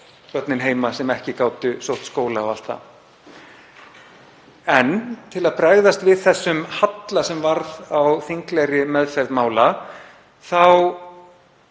börnin heima sem ekki gátu sótt skóla og allt það. En til að bregðast við þeim halla sem varð á þinglegri meðferð mála fórum